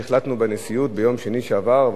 החלטנו בנשיאות ביום שני שעבר,